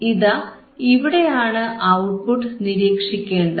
ഇതാ ഇവിടെയാണ് ഔട്ട്പുട്ട് നിരീക്ഷിക്കേണ്ടത്